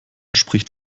spricht